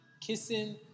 kissing